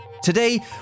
Today